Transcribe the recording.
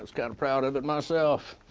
was kind of proud of it myself.